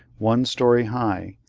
one story high,